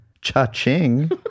Cha-ching